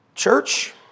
Church